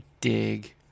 dig